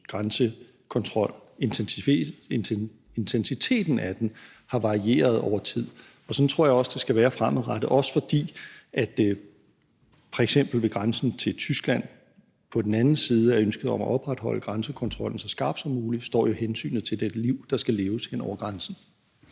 grænsekontrol har varieret over tid, og sådan tror jeg også at det skal være fremadrettet, også fordi, f.eks. ved grænsen til Tyskland, på den anden side af ønsket om at opretholde grænsekontrollen så skarp som muligt står jo hensynet til det liv, der skal leves hen over grænsen.